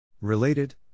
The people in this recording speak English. Related